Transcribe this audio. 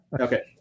Okay